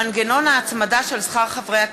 מנגנון ההצמדה של שכר חברי הכנסת.